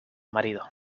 marido